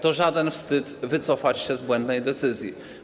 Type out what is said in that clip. To żaden wstyd wycofać się z błędnej decyzji.